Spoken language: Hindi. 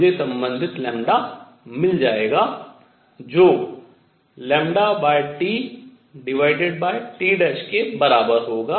मुझे संबंधित ' मिल जाएगा जो λTT के बराबर होगा